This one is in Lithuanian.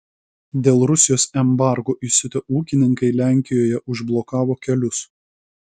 dėl rusijos embargo įsiutę ūkininkai lenkijoje užblokavo kelius